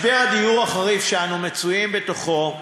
משבר הדיור החריף שאנו מצויים בתוכו,